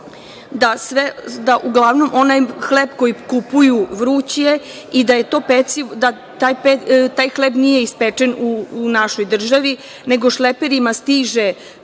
da uglavnom onaj hleb koji kupuju je vruć, ali da taj hleb nije ispečen u našoj državi, nego šleperima stiže